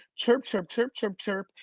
chirp, chirp, chirp, chirp, chirp,